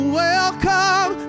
welcome